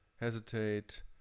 hesitate